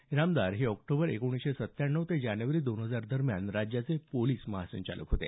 इनामदार हे ऑक्टोबर एकोणीसशे सत्त्याण्णव ते जानेवारी दोन हजार दरम्यान राज्याचे पोलिस महासंचालक होते